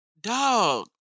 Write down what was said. Dog